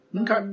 Okay